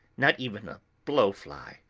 not even a blow-fly,